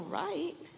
right